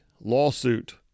lawsuit